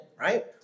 right